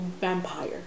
vampire